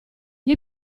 gli